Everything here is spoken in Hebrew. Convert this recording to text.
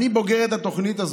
אני בוגרת התוכנית הזאת,